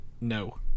no